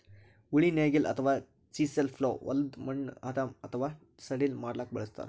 ಉಳಿ ನೇಗಿಲ್ ಅಥವಾ ಚಿಸೆಲ್ ಪ್ಲೊ ಹೊಲದ್ದ್ ಮಣ್ಣ್ ಹದಾ ಅಥವಾ ಸಡಿಲ್ ಮಾಡ್ಲಕ್ಕ್ ಬಳಸ್ತಾರ್